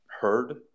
heard